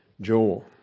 Joel